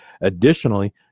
additionally